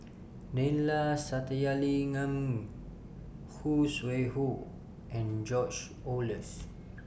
Neila Sathyalingam Khoo Sui Hoe and George Oehlers